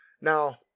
Now